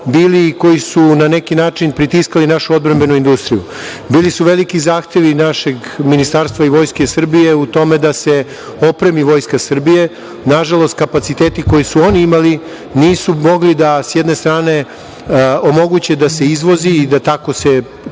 bili i koji su na neki način pritiskali našu odbrambenu industriju. Bili su veliki zahtevi našem Ministarstvu i Vojsci Srbije u tome da se opremi Vojska Srbije. Nažalost, kapaciteti koje su oni imali nisu mogli da s jedne strane omoguće da se izvozi i da se tako